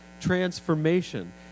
transformation